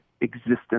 existence